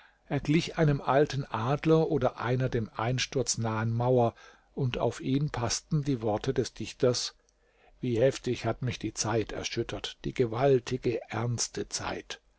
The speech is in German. er glich einem alten adler oder einer dem einsturz nahen mauer und auf ihn paßten die worte des dichters wie heftig hat mich die zeit erschüttert die gewaltige ernste zeit